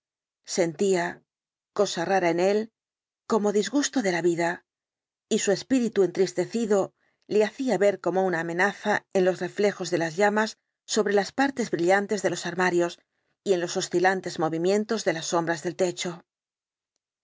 apartaba de su memoria sentía cosa rara en él como disgusto de la vida y su espíritu entristecido le hacía ver como una amenaza en los reflejos de las llamas sobre las partes brillantes de los armarios y en los oscilantes movimientos de las sombras del techo